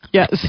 Yes